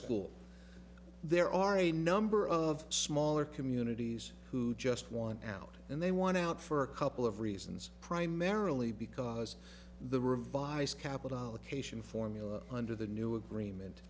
school there are a number of smaller communities who just want out and they want out for a couple of reasons primarily because the revised capital allocation formula under the new agreement